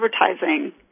advertising